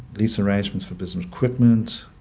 lease arrangements for business equipment.